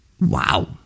Wow